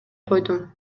койдум